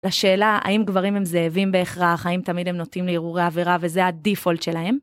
לשאלה האם גברים הם זאבים בהכרח, האם תמיד הם נוטים להרהורי עבירה וזה הדיפולט שלהם?